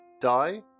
die